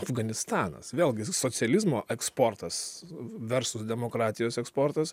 afganistanas vėlgi socializmo eksportas versus demokratijos eksportas